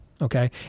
Okay